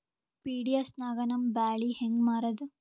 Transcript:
PDS ನಾಗ ನಮ್ಮ ಬ್ಯಾಳಿ ಹೆಂಗ ಮಾರದ?